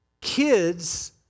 kids